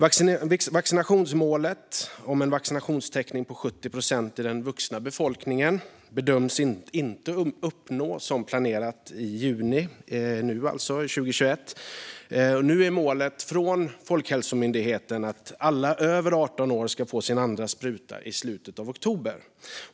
Målet om en vaccinationstäckning på 70 procent i den vuxna befolkningen bedöms inte uppnås nu i juni 2021, som man hade planerat. Folkhälsomyndighetens mål är nu att alla över 18 år ska ha fått sin andra spruta i slutet av oktober.